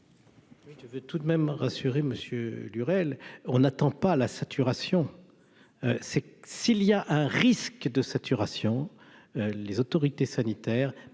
Tu veux tout de même rassuré Monsieur Lurel on n'attend pas la saturation, c'est s'il y a un risque de saturation, les autorités sanitaires